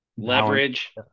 leverage